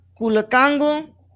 Kulakango